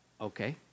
okay